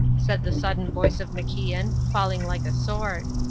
said the sudden voice of macian, falling like a sword.